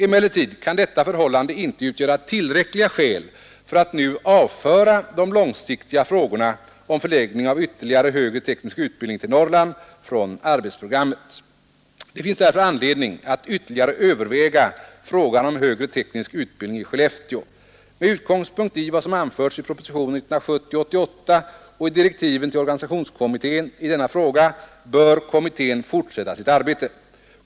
Emellertid kan detta förhållande inte utgöra tillräckliga skäl för att nu avföra de långsiktiga frågorna om förläggning av ytterligare högre teknisk utbildning till Norrland från arbetsprogrammet. Det finns därför anledning att ytterligare överväga frågan om högre teknisk utbildning i Skellefteå. Med utgångspunkt i vad som anförts i Proposition 88 år 1970 och i direktiven till organisationskommittén i denna fråga bör kommittén fortsätta sitt arbete.